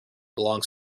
belongs